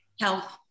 health